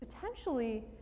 potentially